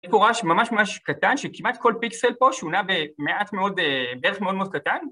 קורש ממש ממש קטן, שכמעט כל פיקסל פה שונה במעט מאוד, בערך מאוד מאוד קטן